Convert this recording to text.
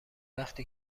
وقتی